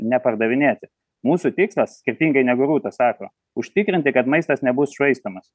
nepardavinėti mūsų tikslas skirtingai negu rūta sako užtikrinti kad maistas nebus švaistomas